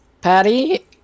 Patty